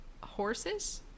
horses